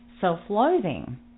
self-loathing